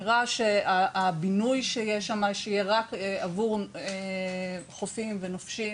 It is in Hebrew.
הבינוי שיש שם שהיא רק עבור חופים ונופשים